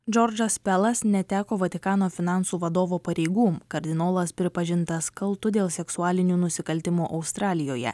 džordžas pelas neteko vatikano finansų vadovo pareigų kardinolas pripažintas kaltu dėl seksualinių nusikaltimų australijoje